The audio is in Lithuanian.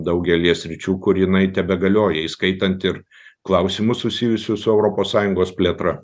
daugelyje sričių kur jinai tebegalioja įskaitant ir klausimus susijusius su europos sąjungos plėtra